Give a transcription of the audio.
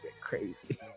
crazy